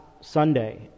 Sunday